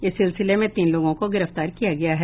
इस सिलसिले में तीन लोगों को गिरफ्तार किया गया है